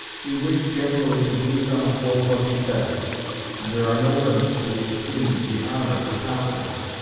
we wish generally to believe on the whole what he says and there are no limits to the esteem, the honour, the confidence,